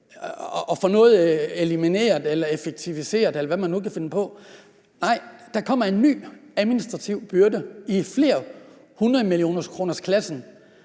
og får noget elimineret eller effektiviseret, eller hvad man nu kan finde på. Nej, der kommer en ny administrativ byrde i flere hundrede millioner kroner-klassen,